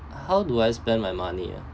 how do I spend my money ah